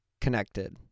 connected